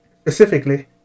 specifically